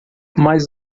mas